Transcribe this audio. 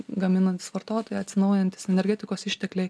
gaminantys vartotojai atsinaujinantys energetikos ištekliai